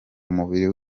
umubiri